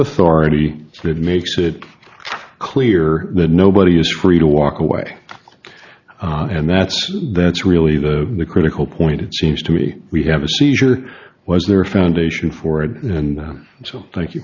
authority it makes it clear that nobody is free to walk away and that's that's really the critical point it seems to me we have a seizure was there a foundation for and so thank you